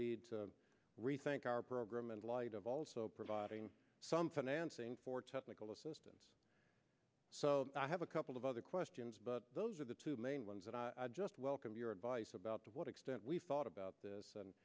need to rethink our program in light of also providing some financing for technical assistance so i have a couple of other questions but those are the two main ones that i just welcome your advice about to what extent we've thought about this and